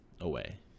away